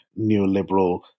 neoliberal